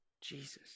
Jesus